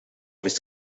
his